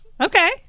Okay